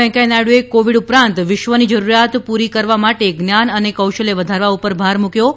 વેંકૈયા નાયડુએ કોવિડ ઉપરાંત વિશ્વની જરૂરિયાત પૂરી કરવા માટે જ્ઞાન અને કૌશલ્ય વધારવા પર ભાર મૂક્યો છે